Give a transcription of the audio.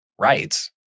rights